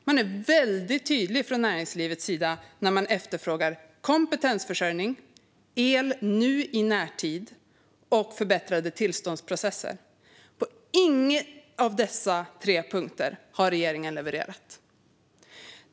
Man är väldigt tydlig från näringslivets sida när man efterfrågar kompetensförsörjning, el nu i närtid och förbättrade tillståndsprocesser. På ingen av dessa tre punkter har regeringen levererat.